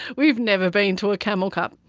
we've never been to a camel cup.